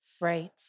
Right